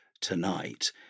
tonight